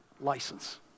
license